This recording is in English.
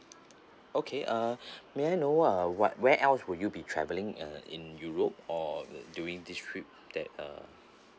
okay uh may I know uh what where else would you be travelling uh in europe or during this trip that uh